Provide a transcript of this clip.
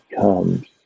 comes